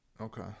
okay